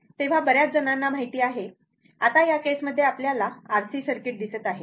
तेव्हा बर्याच जणांना माहिती आहे आता या केसमध्ये आपल्याला RC सर्किट दिसत आहे